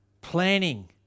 planning